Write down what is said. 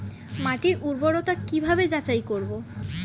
মাটির উর্বরতা কি ভাবে যাচাই করব?